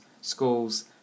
schools